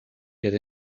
get